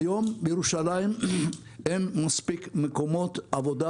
בירושלים אין היום מספיק מקומות עבודה,